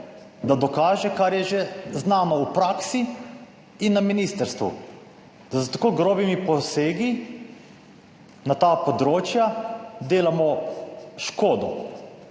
da dokaže, kar je že znano v praksi in na ministrstvu, da s tako grobimi posegi na ta področja delamo škodo,